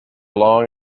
long